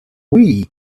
wii